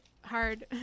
hard